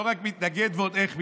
לא רק מתנגד, ועוד איך מתנגד.